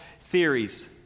theories